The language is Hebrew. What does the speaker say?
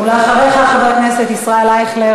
אחריך, חבר הכנסת ישראל אייכלר.